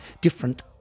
different